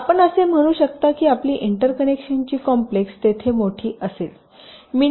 तर आपण असे म्हणू शकता की आपली इंटरकनेक्शनची कॉम्प्लेक्स तेथे मोठी असेल